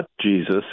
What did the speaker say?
Jesus